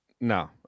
No